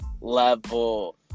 level